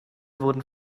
wurden